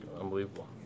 unbelievable